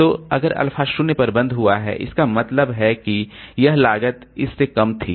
तो अगर अल्फा शून्य पर बंद हुआ इसका मतलब है कि यह लागत इस से कम थी